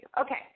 Okay